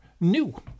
new